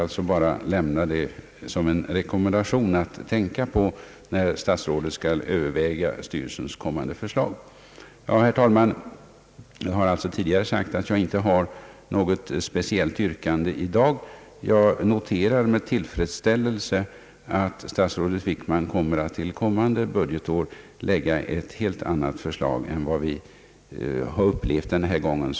Jag vill bara nämna detta som en rekommendation att tänka på när statsrådet skall överväga styrelsens kommande förslag. Herr talman! Jag har tidigare sagt att jag inte har något speciellt yrkande i dag. Jag noterar med tillfredsställelse att statsrådet Wickman till följande budgetår kommer att lägga ett helt annat förslag än denna gång.